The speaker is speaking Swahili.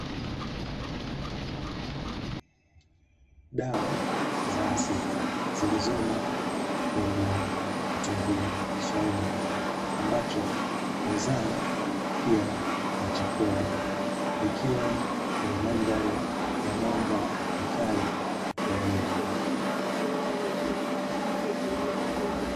Dawa za asili zilizomo kwenye kitunguu swaumu, ambacho ni zao pia la chakula likiwa kwenye mandhari ya mwanga mkali wa jua.